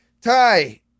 Ty